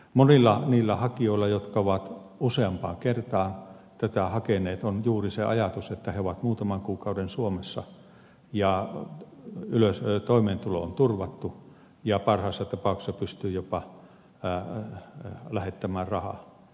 monilla niillä hakijoilla jotka ovat useampaan kertaan tätä hakeneet on juuri se ajatus että he ovat muutaman kuukauden suomessa ja toimeentulo on turvattu ja parhaassa tapauksessa pystyy jopa lähettämään rahaa